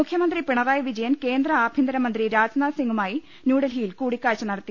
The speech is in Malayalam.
മുഖ്യമന്ത്രി പിണറായി വിജയൻ കേന്ദ്ര ആഭ്യന്തരമന്ത്രി രാജ്നാഥ് സിംഗുമായി ന്യൂഡൽഹിയിൽ കൂടിക്കാഴ്ച നടത്തി